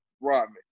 Rodman